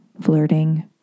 flirting